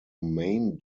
main